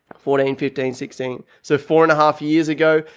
fourteen, fifteen, sixteen. so four and a half years ago.